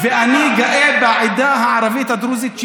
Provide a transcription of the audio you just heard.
ואני גאה בעדה הערבית הדרוזית,